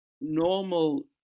normal